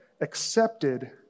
accepted